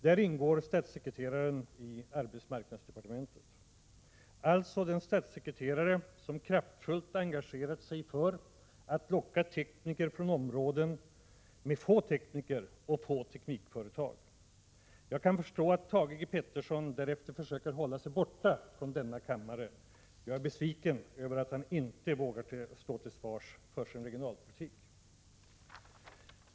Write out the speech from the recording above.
Där ingår statssekreteraren i arbetsmarknadsdepartementet — dvs. den statssekreterare som kraftfullt engagerat sig för att locka tekniker från områden med få tekniker och få teknikföretag. Jag kan förstå att Thage G. Peterson därefter försöker hålla sig borta från denna kammare. Jag är besviken över att han inte vågar stå till svars för sin regionalpolitik.